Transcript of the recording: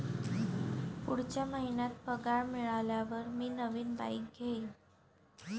पुढच्या महिन्यात पगार मिळाल्यावर मी नवीन बाईक घेईन